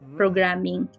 programming